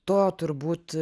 to turbūt